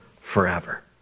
forever